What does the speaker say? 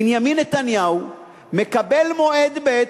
בנימין נתניהו מקבל מועד ב',